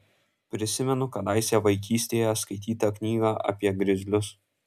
prisimenu kadaise vaikystėje skaitytą knygą apie grizlius